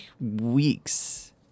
weeks